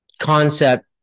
concept